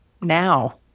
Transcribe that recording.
now